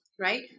right